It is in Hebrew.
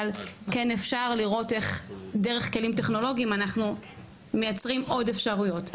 אבל כן אפשר לראות איך דרך כלים טכנולוגיים אנחנו מייצרים עוד אפשרויות.